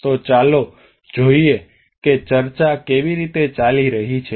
તો ચાલો જોઈએ કે ચર્ચા કેવી રીતે ચાલી રહી છે